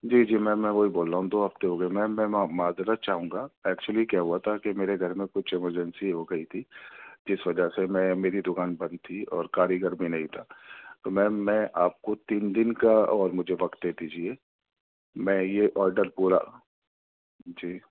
جی جی میم میں وہی بول رہا ہوں دو ہفتے ہو گئے میم میں معزرت چاہوں گا ایکچلی کیا ہوا تھا کہ میرے گھر میں کچھ ایمرجنسی ہو گئی تھی جس وجہ سے میں میری دکان بند تھی اور کاریگر بھی نہیں تھا تو میم میں آپ کو تین دن کا اور مجھے وقت دے دیجیے میں یہ آڈر پورا جی